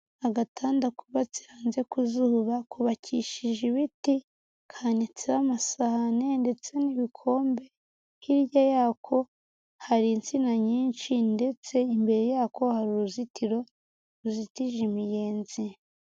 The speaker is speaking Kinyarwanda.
Agatanda kubatse hanze ku zuba kubakishije ibiti kanitseho amasahane ndetse n'ibikombe, hirya yako hari insina nyinshi ndetse imbere yako hari uruzitiro ruzitije imiyenzi.